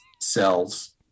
cells